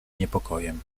niepokojem